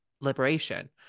liberation